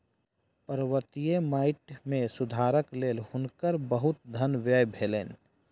पर्वतीय माइट मे सुधारक लेल हुनकर बहुत धन व्यय भेलैन